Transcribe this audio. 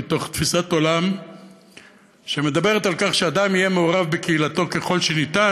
מתוך תפיסת עולם שמדברת על כך שאדם יהיה מעורב בקהילתו ככל האפשר,